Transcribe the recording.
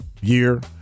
year